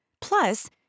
Plus